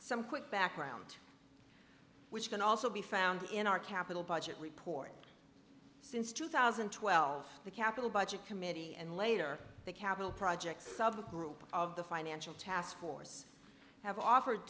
some quick background which can also be found in our capital budget report since two thousand and twelve the capital budget committee and later the capital projects of a group of the financial task force have offered